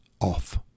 off